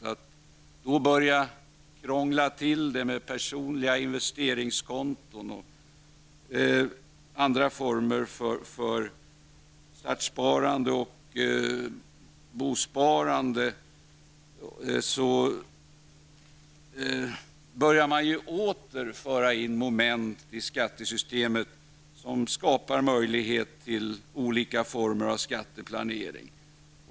Att då börja krångla till det med personliga investeringskonton och andra former för startsparande och bosparande innebär att man åter börjar föra in moment i skattesystemet som skapar möjligheter till olika former av skatteplanering.